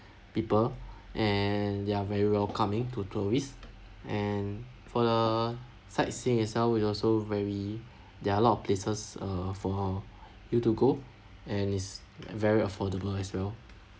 people and they're very welcoming to tourists and for the sightseeing itself it's also very there are a lot of places uh for you to go and it's very affordable as well